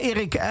Erik